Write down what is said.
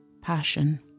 passion